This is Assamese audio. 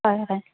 হয় হয়